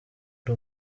ari